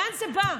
לאן זה בא?